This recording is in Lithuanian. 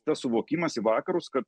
tas suvokimas į vakarus kad